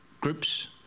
groups